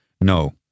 no